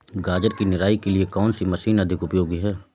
गाजर की निराई के लिए कौन सी मशीन अधिक उपयोगी है?